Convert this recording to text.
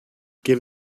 give